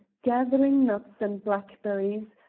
gathering nuts and blackberries,